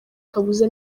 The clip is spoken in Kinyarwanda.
kabuza